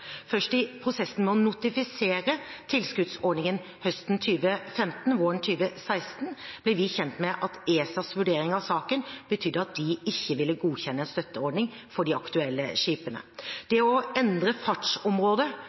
Først i prosessen med å notifisere tilskuddsordningen høsten 2015/våren 2016 ble vi kjent med at ESAs vurdering av saken betydde at de ikke ville godkjenne en støtteordning for de aktuelle skipene. Det å endre fartsområde